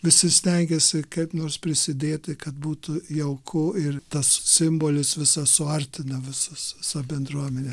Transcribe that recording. visi stengiasi kaip nors prisidėti kad būtų jauku ir tas simbolis visas suartina visas visą bendruomenę